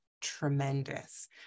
tremendous